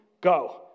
go